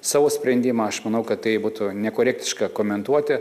savo sprendimą aš manau kad tai būtų nekorektiška komentuoti